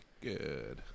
good